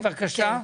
כן.